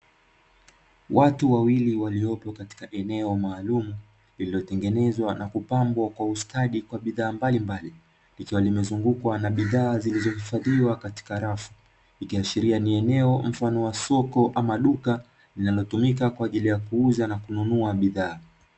Watu wawili waliopo mkatika eneo maalumu lilotengenezwa na kwa kupambwa kwa ustadi na bidhaa mbalimbali, likiwa limezungukwa na bidhaa zilizo hifadhiwa katika rafu ikiashiria ni eneo mfano wa soko ama duka linalotumika kwajili ya kuuza na kununua bidhaa.